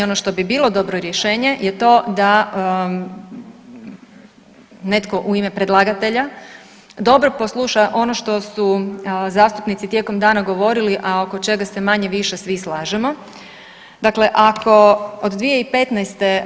Ono što bi bilo dobro rješenje je to da netko u ime predlagatelja dobro posluša ono što su zastupnici tijekom dana govorili, a oko čega se manje-više svi slažemo, dakle ako od 2015.